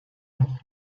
noch